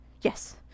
Yes